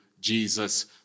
Jesus